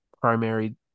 primary